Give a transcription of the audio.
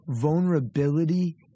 Vulnerability